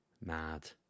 Mad